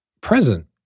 present